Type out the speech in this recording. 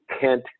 Kent